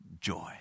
joy